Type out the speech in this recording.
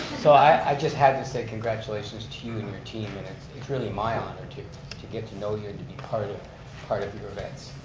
so, i just have to say, congratulations to you and your team and it's really my honor to to get to know you and to be part of part of your events.